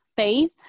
Faith